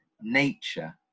nature